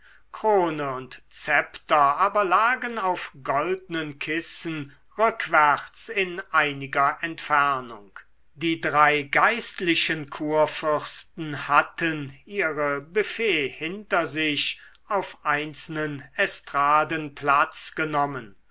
krone und szepter aber lagen auf goldnen kissen rückwärts in einiger entfernung die drei geistlichen kurfürsten hatten ihre büffette hinter sich auf einzelnen estraden platz genommen